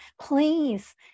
Please